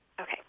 Okay